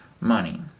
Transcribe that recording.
money